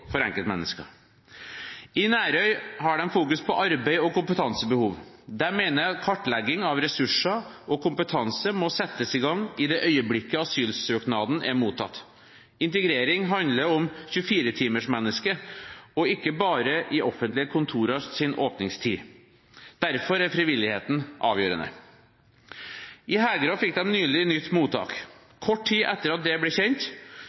for enkeltmennesker. I Nærøy har de fokus på arbeid og kompetansebehov. De mener kartlegging av ressurser og kompetanse må settes i gang i det øyeblikket asylsøknaden er mottatt. Integrering handler om 24-timersmennesket, og ikke bare i offentlige kontorers åpningstid. Derfor er frivilligheten avgjørende. I Hegra fikk de nylig nytt mottak. Kort tid etter at det ble kjent,